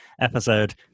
episode